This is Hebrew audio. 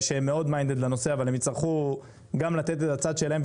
הם הצטרכו גם לתת את הצד שלהם,